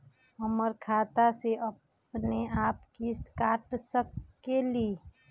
हमर खाता से अपनेआप किस्त काट सकेली?